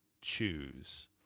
choose